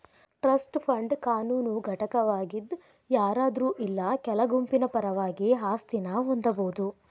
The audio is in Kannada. ಟ್ರಸ್ಟ್ ಫಂಡ್ ಕಾನೂನು ಘಟಕವಾಗಿದ್ ಯಾರಾದ್ರು ಇಲ್ಲಾ ಕೆಲ ಗುಂಪಿನ ಪರವಾಗಿ ಆಸ್ತಿನ ಹೊಂದಬೋದು